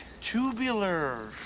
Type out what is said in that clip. Tubular